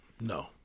No